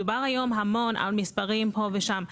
מדובר היום המון על מספרים פה ושם.